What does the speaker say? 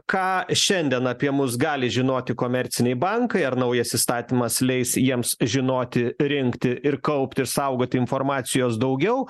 ką šiandien apie mus gali žinoti komerciniai bankai ar naujas įstatymas leis jiems žinoti rinkti ir kaupti saugoti informacijos daugiau